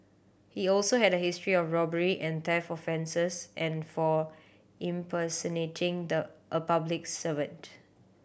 he also had a history of robbery and theft offences and for impersonating the a public servant